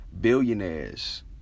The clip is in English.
billionaires